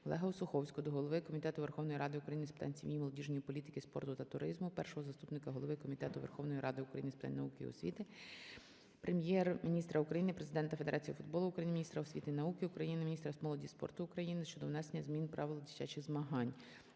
ОлегаОсуховського до голови Комітету Верховної Ради України з питань сім'ї, молодіжної політики, спорту та туризму, першого заступника голови Комітету Верховної Ради України з питань науки і освіти, Прем'єр-міністра України, президента Федерації футболу України, міністра освіти і науки України, міністра молоді та спорту України щодо внесення змін правил дитячих змагань.